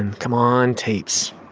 and come on, tapes